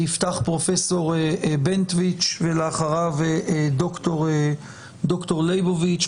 יפתח פרופ' בנטואיץ, ואחריו, ד"ר ליבוביץ'.